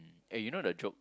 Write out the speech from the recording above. um eh you know the joke